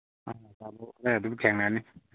ꯑꯗꯨꯝ ꯊꯦꯡꯅꯅꯤ